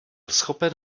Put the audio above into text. schopen